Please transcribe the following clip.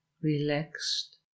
relaxed